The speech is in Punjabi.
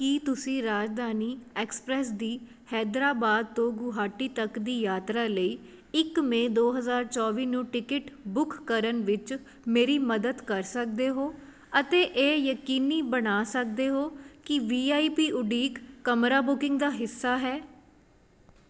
ਕੀ ਤੁਸੀਂ ਰਾਜਧਾਨੀ ਐਕਸਪ੍ਰੈਸ ਦੀ ਹੈਦਰਾਬਾਦ ਤੋਂ ਗੁਹਾਟੀ ਤੱਕ ਦੀ ਯਾਤਰਾ ਲਈ ਇੱਕ ਮੇਅ ਦੋ ਹਜ਼ਾਰ ਚੌਵੀ ਨੂੰ ਟਿਕਿਟ ਬੁੱਕ ਕਰਨ ਵਿੱਚ ਮੇਰੀ ਮਦਦ ਕਰ ਸਕਦੇ ਹੋ ਅਤੇ ਇਹ ਯਕੀਨੀ ਬਣਾ ਸਕਦੇ ਹੋ ਕਿ ਵੀ ਆਈ ਪੀ ਉਡੀਕ ਕਮਰਾ ਬੁਕਿੰਗ ਦਾ ਹਿੱਸਾ ਹੈ